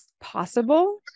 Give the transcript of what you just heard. possible